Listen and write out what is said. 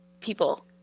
people